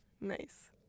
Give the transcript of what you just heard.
nice